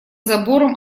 забором